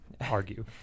argue